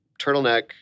turtleneck